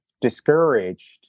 discouraged